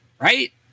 Right